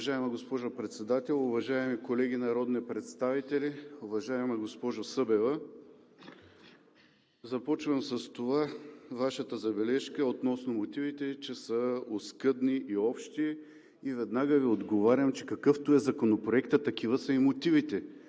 Уважаема госпожо Председател, уважаеми колеги народни представители! Уважаема госпожо Събева, започвам с това – Вашата забележка относно мотивите, че са оскъдни и общи, и веднага Ви отговарям, че какъвто е Законопроектът, такива са и мотивите.